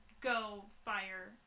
go-fire